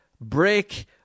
break